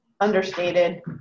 understated